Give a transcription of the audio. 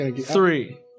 three